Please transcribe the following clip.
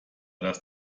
das